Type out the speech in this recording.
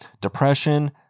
depression